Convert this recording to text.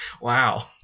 Wow